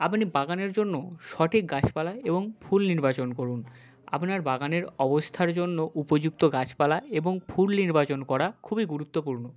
আপনি বাগানের জন্য সঠিক গাছপালা এবং ফুল নির্বাচন করুন আপনার বাগানের অবস্থার জন্য উপযুক্ত গাছপালা এবং ফুল নির্বাচন করা খুবই গুরুত্বপূর্ণ